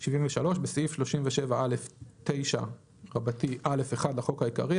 73. בסעיף 37א9(א)(1) לחוק העיקרי,